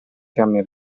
fiamme